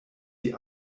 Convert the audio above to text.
die